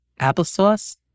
applesauce